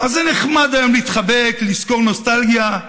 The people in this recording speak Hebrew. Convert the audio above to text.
אז זה נחמד היום להתחבק ולזכור נוסטלגיה,